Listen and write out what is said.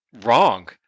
wrong